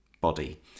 body